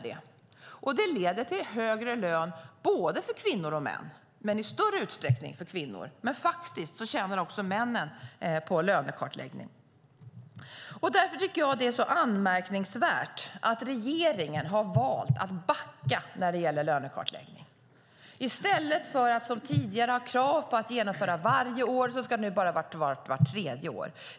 Lönekartläggning leder till högre lön både för kvinnor och för män - i större utsträckning för kvinnor, men även män tjänar faktiskt på lönekartläggning. Därför tycker jag att det är så anmärkningsvärt att regeringen har valt att backa när det gäller lönekartläggning. I stället för att som tidigare ha krav på att genomföra den varje år ska det nu bara ske vart tredje år.